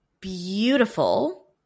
beautiful